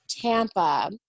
Tampa